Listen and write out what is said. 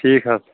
ٹھیٖک حظ